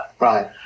right